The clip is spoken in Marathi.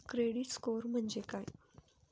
क्रेडिट स्कोअर म्हणजे काय?